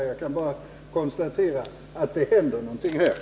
Men jag kan således konstatera att något händer på detta område.